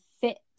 fit